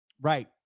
Right